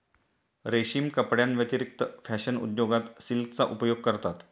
रेशीम कपड्यांव्यतिरिक्त फॅशन उद्योगात सिल्कचा उपयोग करतात